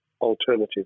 alternative